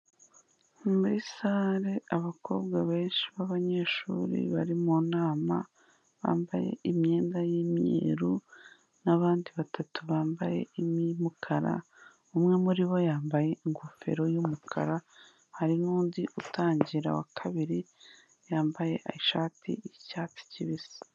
Muri sale abakobwa benshi b'abanyeshuri bari mu nama, bambaye imyenda y'imyeru n'abandi batatu bambaye irimo iy'umukara, umwe muri bo yambaye ingofero y'umukara, hari n'undi utangira wa kabiri yambaye ishati y'icyatsi kibisi.